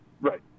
Right